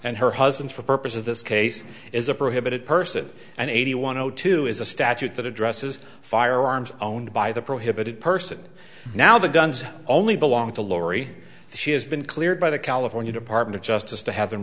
and her husband's for purposes of this case is a prohibited person and eighty one zero two is a statute that addresses firearms own by the prohibited person now the guns only belong to lawry she has been cleared by the california department of justice to have